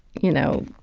you know,